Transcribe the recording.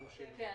זה סיפור.